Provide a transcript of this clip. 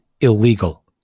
illegal